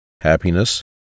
happiness